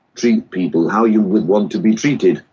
treat people how you would want to be treated,